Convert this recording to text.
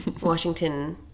Washington